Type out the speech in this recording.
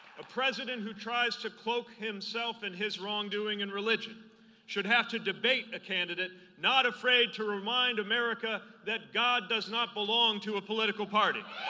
president who tries to quote himself and his wrongdoing and religion should have to debate a candidate not afraid to remind america that god does not belong to a political party.